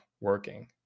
working